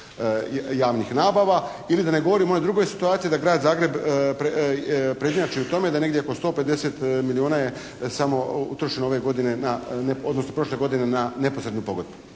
javnih nabava. Ili da ne govorim o onoj drugoj situaciji da Grad Zagreb prednjači o tome da negdje oko 150 milijuna je samo utrošeno ove godine na, odnosno prošle godine na neposrednu pogodbu.